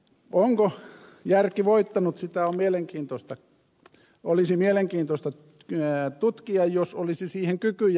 onko järki voittanut sitä olisi mielenkiintoista tutkia jos olisi siihen kykyjä